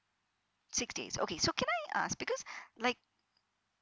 six days okay so can I ask because like